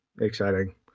exciting